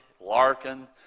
Larkin